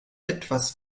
etwas